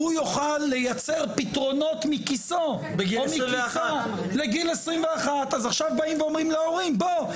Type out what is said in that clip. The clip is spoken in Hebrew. יוכל לייצר פתרונות מכיסו לגיל 21. אז עכשיו באים ואומרים להורים בואו,